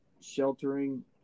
sheltering